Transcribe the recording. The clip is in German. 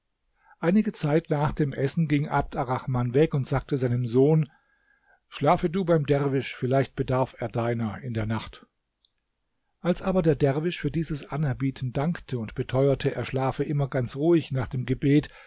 einige zeit nach dem essen ging abd arrahman weg und sagte seinem sohn schlafe du beim derwisch vielleicht bedarf er deiner in der nacht als aber der derwisch für dieses anerbieten dankte und beteuerte er schlafe immer ganz ruhig nach dem gebet